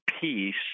peace